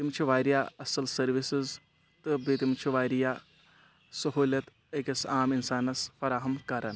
تِم چھِ واریاہ اَصٕل سٔروِسٕز تہٕ بیٚیہِ تِم چھِ واریاہ سہوٗلیت أکِس عام اِنسانَس فراہم کران